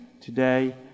today